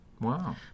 Wow